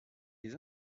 des